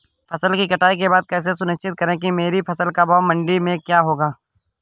फसल की कटाई के बाद कैसे सुनिश्चित करें कि मेरी फसल का भाव मंडी में क्या होगा?